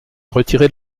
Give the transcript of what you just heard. retirer